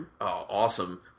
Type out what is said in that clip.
awesome